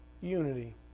Unity